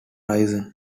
risen